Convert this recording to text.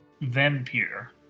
vampire